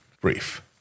brief